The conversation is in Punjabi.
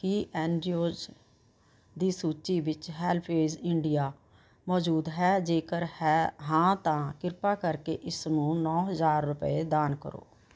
ਕੀ ਐਨ ਜੀ ਓਜ਼ ਦੀ ਸੂਚੀ ਵਿੱਚ ਹੈਲਪੇਜ ਇੰਡੀਆ ਮੌਜੂਦ ਹੈ ਜੇਕਰ ਹਾਂ ਤਾਂ ਕਿਰਪਾ ਕਰਕੇ ਇਸਨੂੰ ਨੌ ਹਜ਼ਾਰ ਰੁਪਏ ਦਾਨ ਕਰੋ